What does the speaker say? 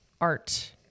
art